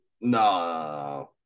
no